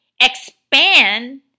expand